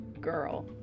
girl